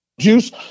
juice